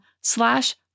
slash